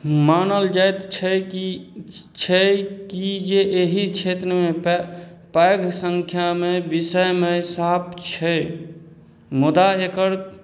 मानल जाइत छै कि छै कि जे एहि क्षेत्रमे पैघ सँख्यामे विषयमे साँप छै मुदा एकर